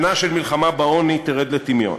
שנה של מלחמה בעוני תרד לטמיון.